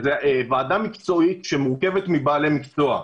ועדה מקצועית שמורכבת מבעלי מקצוע.